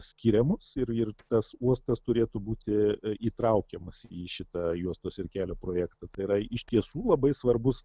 skiriamos ir ir tas uostas turėtų būti įtraukiamas į šitą juostos ir kelio projektą tai yra iš tiesų labai svarbus